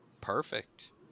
perfect